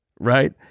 right